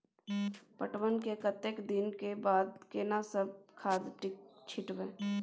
पटवन के कतेक दिन के बाद केना सब खाद छिटबै?